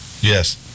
Yes